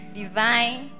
divine